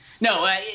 No